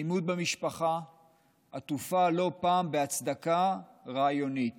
אלימות במשפחה עטופה לא פעם בהצדקה רעיונית